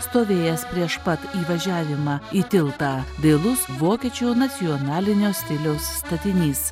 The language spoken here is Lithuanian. stovėjęs prieš pat įvažiavimą į tiltą vėlus vokiečių nacionalinio stiliaus statinys